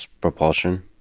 propulsion